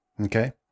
Okay